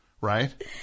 right